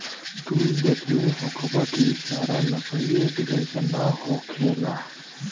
तू देखले होखबऽ की सारा लकड़ी एक जइसन ना होखेला